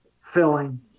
filling